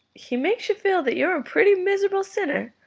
he makes you feel that you're a pretty miserable sinner.